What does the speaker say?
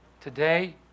Today